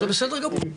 זה בסדר גמור.